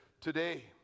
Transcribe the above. today